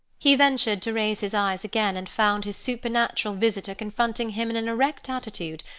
he ventured to raise his eyes again, and found his supernatural visitor confronting him in an erect attitude,